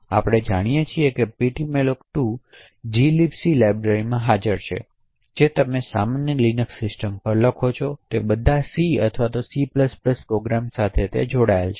હવે આપણે જાણીએ છીએ કે ptmalloc2 gilibc લાઇબ્રેરીમાં હાજર છે જે તમે સામાન્ય લિનક્સ સિસ્ટમ પર લખો છો તે બધા સી અથવા સી પ્રોગ્રામ્સ સાથે જોડાયેલ છે